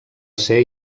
ser